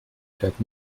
fährt